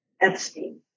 Epstein